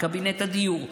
לקבינט הדיור,